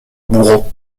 bourreau